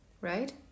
right